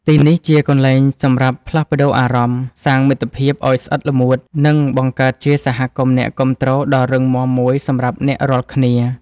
ទីនេះជាកន្លែងសម្រាប់ផ្លាស់ប្តូរអារម្មណ៍ សាងមិត្តភាពឱ្យស្អិតល្មួត និង បង្កើតជាសហគមន៍អ្នកគាំទ្រដ៏រឹងមាំមួយសម្រាប់អ្នករាល់គ្នា។